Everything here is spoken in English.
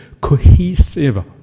cohesive